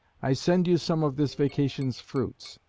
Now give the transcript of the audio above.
i send you some of this vacation's fruits,